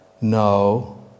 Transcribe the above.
no